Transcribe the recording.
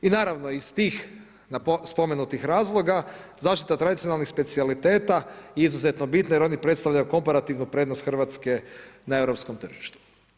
I naravno iz tih spomenutih razloga zaštita tradicionalnih specijaliteta je izuzetno bitna jer oni predstavljaju komparativnu prednost Hrvatske na europskom tržištu.